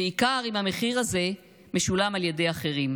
בעיקר אם המחיר הזה משולם על ידי אחרים.